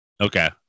Okay